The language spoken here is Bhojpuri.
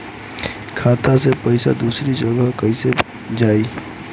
खाता से पैसा दूसर जगह कईसे जाई?